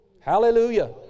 Hallelujah